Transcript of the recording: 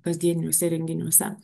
kasdieniuose įrenginiuose